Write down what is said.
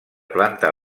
planta